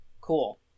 Cool